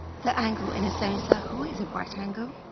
the angle in a sensor who is a right angle